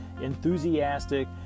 enthusiastic